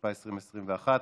התשפ"א 2021,